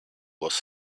was